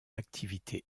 l’activité